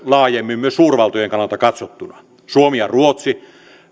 laajemmin myös suurvaltojen kannalta katsottuna suomi ja ruotsi